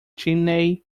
chimney